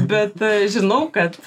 bet žinau kad